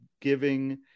giving